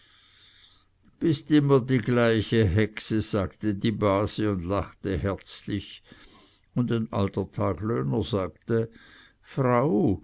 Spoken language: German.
bist immer die gleiche hexe sagte die base und lachte herzlich und ein alter tagelöhner sagte frau